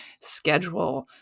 schedule